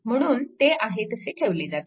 म्हणून ते आहे तसे ठेवले जातात